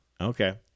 okay